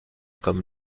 comme